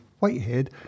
Whitehead